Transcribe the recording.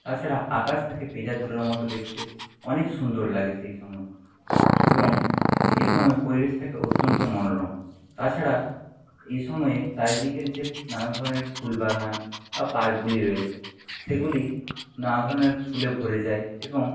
তাছাড়া আকাশ থাকে পেঁজা তুলোর মত দেখতে অনেক সুন্দর লাগে সেই সময় এবং এই সময় পরিবেশ থাকে অত্যন্ত মনোরম তাছাড়া এই সময় চারিদিকের যে নানা ধরনের ফুলবাগান বা পার্কগুলি রয়েছে সেগুলি নানা ধরনের ফুলে ভরে যায় এবং